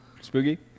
Spooky